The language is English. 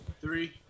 Three